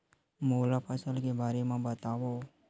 मोला फसल के बारे म बतावव?